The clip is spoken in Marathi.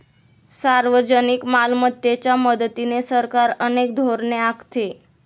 सार्वजनिक मालमत्तेच्या मदतीने सरकार अनेक धोरणे आखते